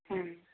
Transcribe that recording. হ্যাঁ